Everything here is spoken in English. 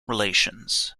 relations